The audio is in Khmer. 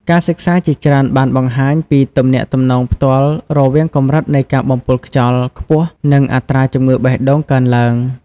ការសិក្សាជាច្រើនបានបង្ហាញពីទំនាក់ទំនងផ្ទាល់រវាងកម្រិតនៃការបំពុលខ្យល់ខ្ពស់ និងអត្រាជំងឺបេះដូងកើនឡើង។